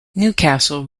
newcastle